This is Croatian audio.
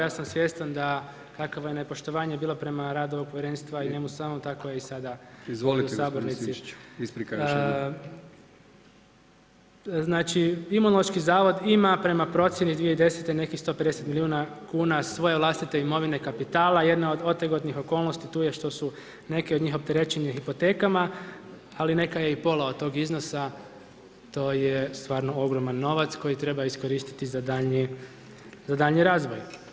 Ja sam svjestan da kako je nepoštovanje bilo prema radu ovog povjerenstva i njemu samom, tako je i sada u Sabornici [[Upadica Milijan Brkić: izvolite gospodine Sinčiću, isprika još jednom.]] Znači Imunološki zavod ima prema procjeni iz 2010. nekih 150 milijuna kuna svoje vlastite imovine, kapitala, jedna od otegotnih okolnosti tu je što su neke od njih opterećeni hipotekama, ali neka je i pola od tog iznosa, to je stvarno ogroman novac koji treba iskoristiti za daljnji razvoj.